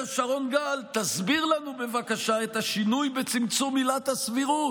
אומר שרון גל: תסביר לנו בבקשה את השינוי בצמצום עילת הסבירות.